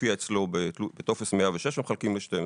מופיע אצלו בטופס 106 ומחלקים ל-12.